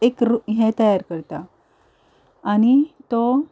एक हें तयार करता आनी तो